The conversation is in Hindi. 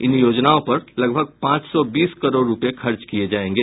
इन योजनाओं पर लगभग पांच सौ बीस करोड़ रूपये खर्च किये जायेंगे